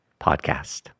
podcast